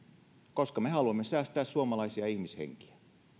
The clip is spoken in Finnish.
koska me haluamme säästää suomalaisia ihmishenkiä